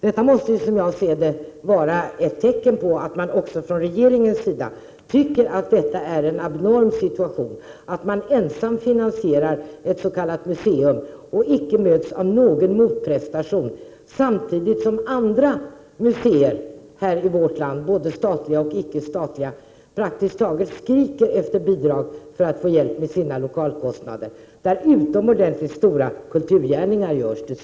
Detta måste, som jag ser det, vara ett tecken på att man också från regeringens sida tycker att detta är en abnorm situation, att man ensam finansierar ett s.k. museum och icke möts av någon motprestation, samtidigt som andra museer här i vårt land, både statliga och icke statliga, praktiskt taget skriker efter bidrag för att få hjälp med sina lokalkostnader, där dessutom utomordentligt stora kulturgärningar görs.